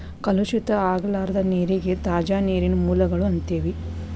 ಕಲುಷಿತ ಆಗಲಾರದ ನೇರಿಗೆ ತಾಜಾ ನೇರಿನ ಮೂಲಗಳು ಅಂತೆವಿ